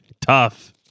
tough